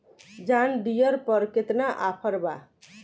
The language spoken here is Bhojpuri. जॉन डियर पर केतना ऑफर बा?